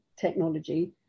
technology